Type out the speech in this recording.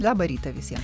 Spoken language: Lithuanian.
labą rytą visiem